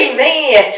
Amen